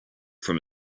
from